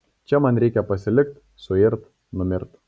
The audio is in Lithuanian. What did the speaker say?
čia man reikia pasilikt suirt numirt